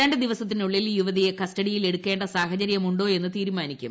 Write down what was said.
രണ്ട് ദിവസത്തിനുള്ളിൽ യുവതിയെ കസ്റ്റഡിയിൽ എടുക്കേണ്ട സാഹചര്യമുണ്ടോയെന്ന് തീരുമാനിക്കും